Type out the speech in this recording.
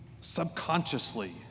subconsciously